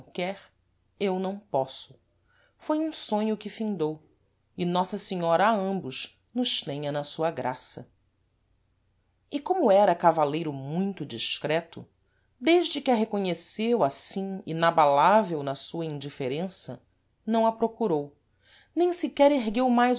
quer eu não posso foi um sonho que findou e nossa senhora a ambos nos tenha na sua graça e como era cavaleiro muito discreto desde que a reconheceu assim inabalável na sua indiferença não a procurou nem sequer ergueu mais